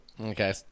Okay